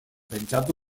pentsatu